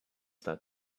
that